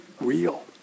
real